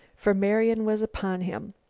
for marian was upon him.